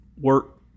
work